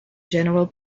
general